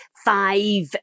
Five